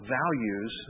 values